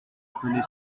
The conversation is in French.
appelait